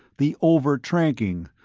the overtranking,